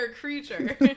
creature